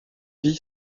vit